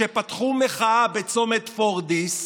שפתחו במחאה בצומת פוריידיס,